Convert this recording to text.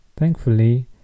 Thankfully